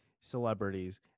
celebrities